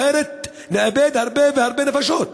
אחרת נאבד הרבה נפשות.